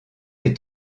est